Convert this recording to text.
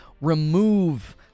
remove